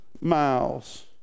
miles